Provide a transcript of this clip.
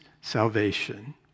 salvation